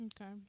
Okay